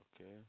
okay